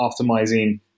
optimizing